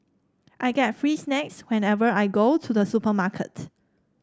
I get free snacks whenever I go to the supermarket